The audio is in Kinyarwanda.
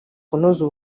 kunoza